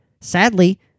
Sadly